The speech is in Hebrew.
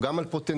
גם על פוטנציאל,